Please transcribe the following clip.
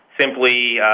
simply